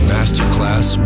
Masterclass